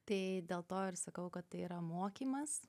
tai dėl to ir sakau kad tai yra mokymas